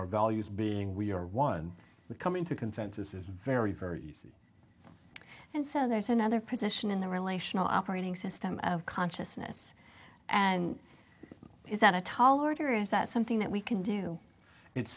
our values being we are one we come into consensus is very very easy and so there's another position in the relational operating system of consciousness and is that a tall order is that something that we can do it's